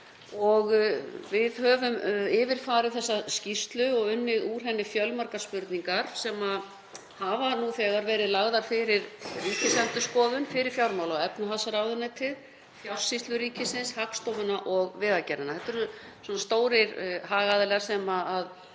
Við höfum yfirfarið þessa skýrslu og unnið úr henni fjölmargar spurningar sem hafa nú þegar verið lagðar fyrir Ríkisendurskoðun, fyrir fjármála- og efnahagsráðuneytið, Fjársýslu ríkisins, Hagstofuna og Vegagerðina. Þetta eru stórir hagaðilar sem við